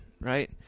right